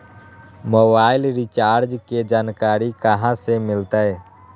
Mobile recharge के जानकारी कहा से मिलतै?